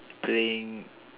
playing